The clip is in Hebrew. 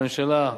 הממשלה,